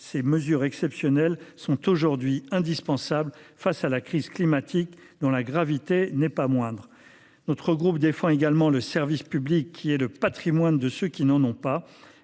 mesures exceptionnelles sont aujourd’hui indispensables face à la crise climatique, dont la gravité n’est pas moindre. Notre groupe défend également le service public, qui est le patrimoine de ceux qui n’en ont pas.